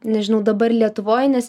nežinau dabar lietuvoj nes